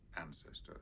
ancestors